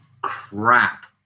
crap